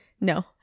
No